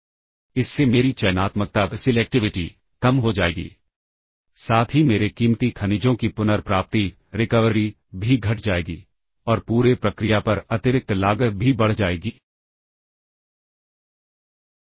तो स्टैक के निचले हिस्से को स्टैक पॉइंटर पर लोड किया जाता है स्टैक पॉइंटर को स्टैक के निचले भाग पर लोड किया जाता है जो होना चाहिए